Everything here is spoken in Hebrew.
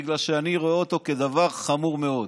בגלל שאני רואה אותו כדבר חמור מאוד.